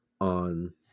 on